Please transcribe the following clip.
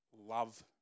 love